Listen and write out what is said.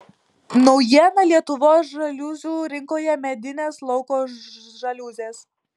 naujiena lietuvos žaliuzių rinkoje medinės lauko žaliuzės